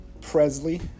Presley